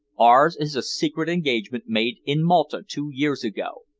ours is a secret engagement made in malta two years ago,